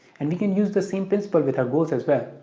and we can use the same principle with our goals as well.